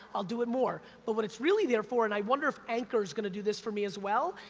i'll do it more. but what it's really there for, and i wonder if anchor's gonna do this for me as well,